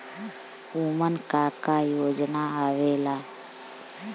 उमन का का योजना आवेला?